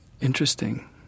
Interesting